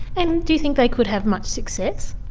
and do you think they could have much success?